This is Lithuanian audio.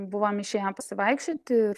buvom išėję pasivaikščioti ir